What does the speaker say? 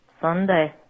Sunday